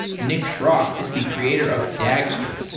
nick schrock is the creator of dagster,